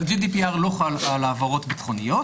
ה- GDPR לא חל על העברות ביטחוניות,